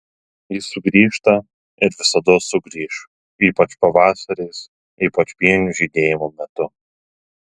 jis sugrįžta ir visados sugrįš ypač pavasariais ypač pienių žydėjimo metu